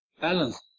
balance